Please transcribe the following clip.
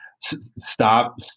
stop